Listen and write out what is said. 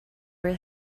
were